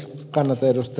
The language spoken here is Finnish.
kannatan ed